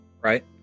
Right